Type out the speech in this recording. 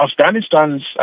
Afghanistan's